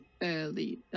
early